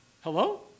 Hello